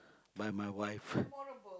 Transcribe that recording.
by my wife